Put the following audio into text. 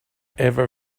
ever